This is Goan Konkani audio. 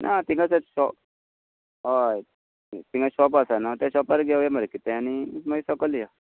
ना थिंगासर तो हय थिंगा शॉप आसा न्हू शॉपार घेवुया मरे कितेंय आनी सोकोल या